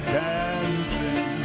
dancing